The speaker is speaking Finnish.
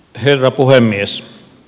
herra puhemies